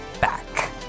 back